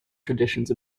traditions